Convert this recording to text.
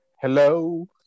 hello